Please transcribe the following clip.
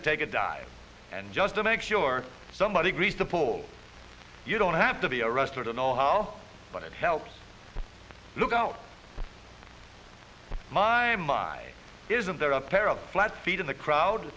to take a dive and just to make sure somebody grease the pole you don't have to be arrested and all hell but it helps look out my my isn't there a pair of flat feet in the crowd